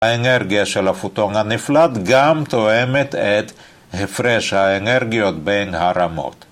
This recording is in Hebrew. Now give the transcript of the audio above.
האנרגיה של הפוטון הנפלט גם תואמת את הפרש האנרגיות בין הרמות.